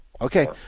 Okay